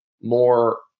more